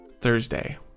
Thursday